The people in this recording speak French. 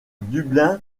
dublin